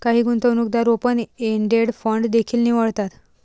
काही गुंतवणूकदार open ended fund देखील निवडतात